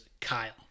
Kyle